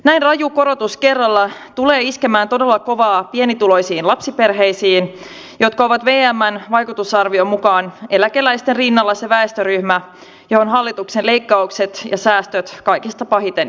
näin raju korotus kerralla tulee iskemään todella kovaa pienituloisiin lapsiperheisiin jotka ovat vmn vaikutusarvion mukaan eläkeläisten rinnalla se väestöryhmä johon hallituksen leikkaukset ja säästöt kaikista pahiten iskevät